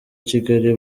kigali